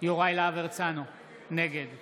יוראי להב הרצנו, נגד